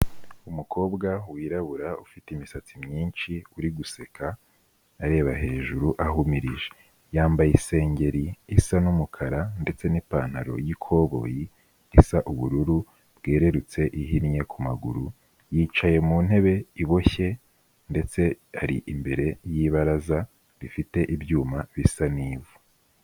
Umukobwa wirabura ufite imisatsi myinshi uri guseka, areba hejuru ahumirije. Yambaye isengeri isa n'umukara ndetse n'ipantaro y'ikoboyi isa ubururu bwererutse ihinnye ku maguru, yicaye mu ntebe iboshye ndetse ari imbere y'ibaraza rifite ibyuma bisa n'ivu.